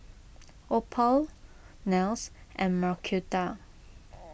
Opal Nels and Marquita